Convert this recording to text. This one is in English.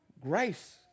grace